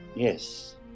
Yes